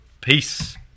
Peace